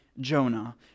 Jonah